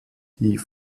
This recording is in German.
die